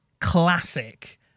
classic